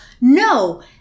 no